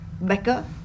Becca